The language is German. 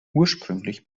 ursprünglich